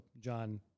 John